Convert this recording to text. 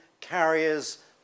carriers